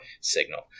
signal